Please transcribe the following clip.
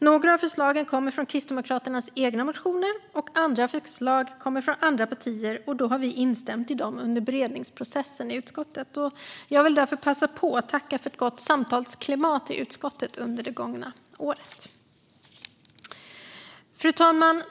Några av förslagen kommer från Kristdemokraternas egna motioner, och andra förslag kommer från andra partier, och då har vi instämt i dessa under beredningsprocessen i utskottet. Jag vill därför passa på att tacka för ett gott samtalsklimat i utskottet under det gångna året. Fru talman!